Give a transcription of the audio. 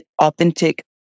authentic